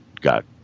got